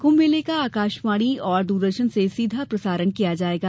कृम्भ मेले का आकाशवाणी और द्रदर्शन से सीधा प्रसारण किया जाएगा